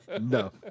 no